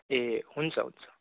ए हुन्छ हुन्छ